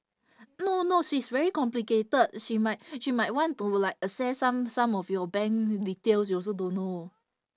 no no she's very complicated she might she might want to like access some some of your bank details you also don't know